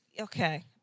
Okay